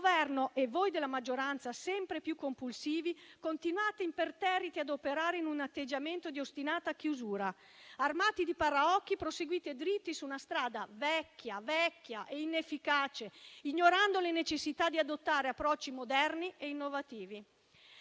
Il Governo e voi della maggioranza sempre più compulsivi continuate imperterriti a operare in un atteggiamento di ostinata chiusura; armati di paraocchi, proseguite dritti su una strada vecchia e inefficace, ignorando le necessità di adottare approcci moderni e innovativi.